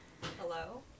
Hello